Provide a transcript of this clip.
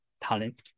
talent